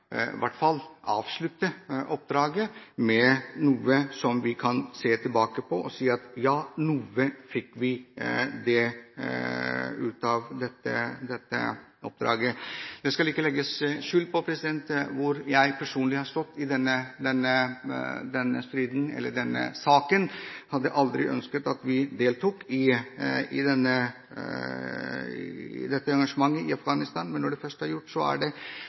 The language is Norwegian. hvert fall avslutte det – slik at vi kan se tilbake på det og si at ja, noe fikk vi ut av dette oppdraget. Det skal ikke legges skjul på hvor jeg personlig har stått i denne saken. Jeg hadde ønsket at vi aldri hadde deltatt i dette engasjementet i Afghanistan. Men når det først er gjort, og når vi nå er